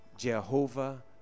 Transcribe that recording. Jehovah